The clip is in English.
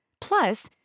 Plus